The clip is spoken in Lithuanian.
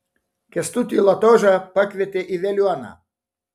kęstutį latožą pakvietė į veliuoną